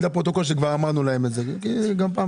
לפרוטוקול שכבר אמרנו להם את זה גם פעם